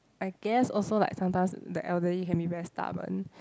I guess also like sometimes the elderly can be very stubborn